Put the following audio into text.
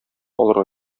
алырга